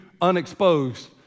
unexposed